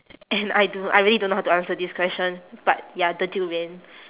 and I do~ I really don't know how to answer this question but ya the durian